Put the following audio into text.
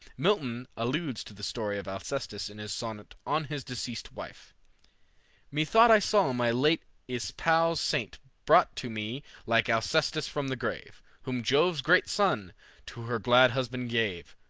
milton alludes to the story of alcestis in his sonnet on his deceased wife methought i saw my late espoused saint brought to me like alcestis from the grave, whom jove's great son to her glad husband gave,